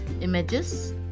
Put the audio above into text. images